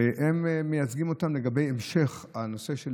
הם מייצגים אותם לגבי המשך הנושא של